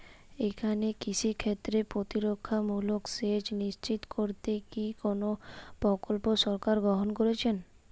এখানে কৃষিক্ষেত্রে প্রতিরক্ষামূলক সেচ নিশ্চিত করতে কি কোনো প্রকল্প সরকার গ্রহন করেছে?